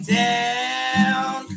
down